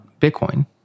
Bitcoin